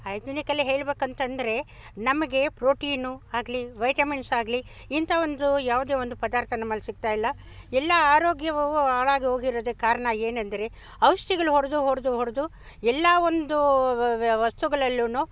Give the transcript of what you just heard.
ಹೈಜಿನಿಕಲ್ಲೇ ಹೇಳಬೇಕಂತಂದ್ರೆ ನಮಗೆ ಪ್ರೋಟೀನು ಆಗಲಿ ವೈಟಮಿನ್ಸಾಗಲಿ ಇಂಥ ಒಂದು ಯಾವುದೇ ಒಂದು ಪದಾರ್ಥ ನಮ್ಮಲ್ಲಿ ಸಿಗ್ತಾಯಿಲ್ಲ ಎಲ್ಲಾ ಆರೋಗ್ಯವುವು ಹಾಳಾಗಿ ಹೋಗಿರೋದಕ್ ಕಾರ್ಣ ಏನಂದರೆ ಔಷಧಿಗಳ್ ಹೊಡೆದು ಹೊಡೆದು ಹೊಡೆದು ಎಲ್ಲಾ ಒಂದು ವಸ್ತುಗಳಲ್ಲೂ